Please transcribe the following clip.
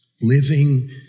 living